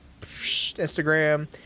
Instagram